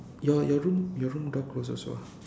your your room your room door close also ah